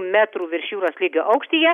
metrų virš jūros lygio aukštyje